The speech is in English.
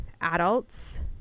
adults